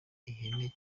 ihene